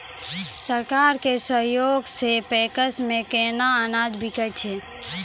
सरकार के सहयोग सऽ पैक्स मे केना अनाज बिकै छै?